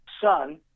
son